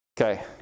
Okay